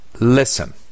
Listen